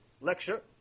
lecture